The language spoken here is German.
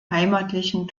heimatlichen